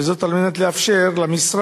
וזאת על מנת לאפשר למשרד